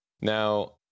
Now